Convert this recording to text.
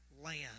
land